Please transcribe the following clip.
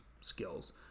skills